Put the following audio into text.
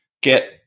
get –